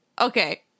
okay